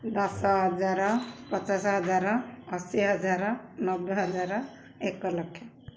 ଦଶ ହଜାର ପଚାଶ ହଜାର ଅଶୀ ହଜାର ନବେ ହଜାର ଏକ ଲକ୍ଷ